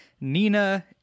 Nina